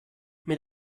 mit